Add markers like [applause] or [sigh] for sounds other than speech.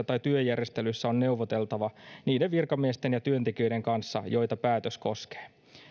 [unintelligible] tai työjärjestelyissä on neuvoteltava niiden virkamiesten ja työntekijöiden kanssa joita päätös koskee